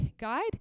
guide